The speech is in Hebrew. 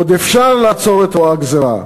עוד אפשר לעצור את רוע הגזירה,